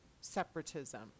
separatism